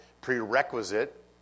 prerequisite